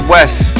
West